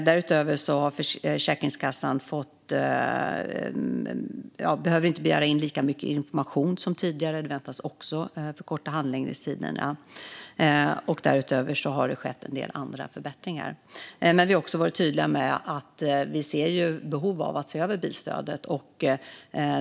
Därutöver behöver Försäkringskassan inte begära in lika mycket information som tidigare. Detta förväntas också förkorta handläggningstiderna. Det har dessutom skett en del andra förbättringar. Vi har dock varit tydliga med att vi ser behov av en översyn av bilstödet.